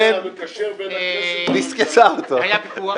היה ויכוח.